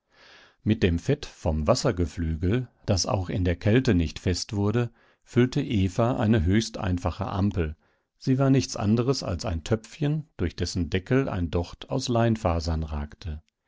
mit dem fett vom wassergeflügel das auch in der kälte nicht fest wurde füllte eva eine höchst einfache ampel sie war nichts anderes als ein töpfchen durch dessen deckel ein docht aus leinfasern ragte